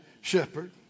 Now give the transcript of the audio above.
shepherd